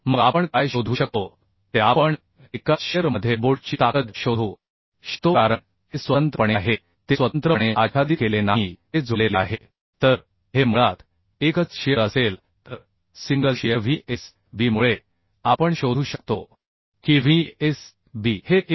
मग आपण काय शोधू शकतो ते आपण एकाच शिअर मध्ये बोल्टची ताकद शोधू शकतो कारण हे स्वतंत्रपणे आहे ते स्वतंत्रपणे आच्छादित केलेले नाही ते जोडलेले आहे तर हे मुळात एकच शिअर असेल तर single shear V s b मुळे आपण शोधू शकतो की V s b हे um